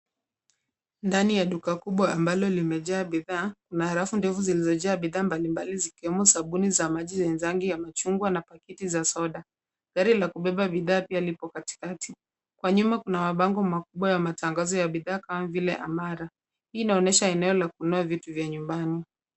Ndani ya duka kubwa ambalo limejaa bidhaa, na rafu ndefu zilizojaa bidhaa mbalimbali zikiwemo sabuni za maji za Nzangi ya machungwa na pakiti za soda. Gari la kubeba bidhaa pia lipo katikati. Kwa nyuma kuna mabango makubwa ya matangazo ya bidhaa kama vile Amara. Hii inaonyesha eneo la kununua vitu vya nyumbani.